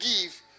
give